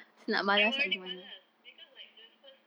I'm already malas because like the first